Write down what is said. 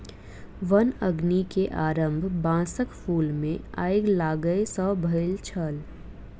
वन अग्नि के आरम्भ बांसक फूल मे आइग लागय सॅ भेल छल